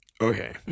Okay